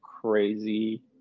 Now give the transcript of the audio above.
crazy